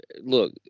look